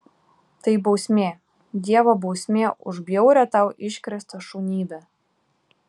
tai bausmė dievo bausmė už bjaurią tau iškrėstą šunybę